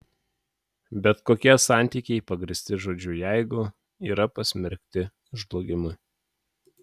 bet kokie santykiai pagrįsti žodžiu jeigu yra pasmerkti žlugimui